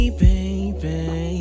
baby